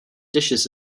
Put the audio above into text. dishes